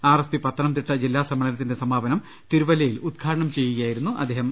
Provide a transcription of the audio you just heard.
RSP Pathanamthitta ജില്ലാ സമ്മേളനത്തിന്റെ സമാപനം തിരുവല്ലയിൽ ഉദ്ഘാടനം ചെയ്യുകയായിരുന്നു അദ്ദേഹം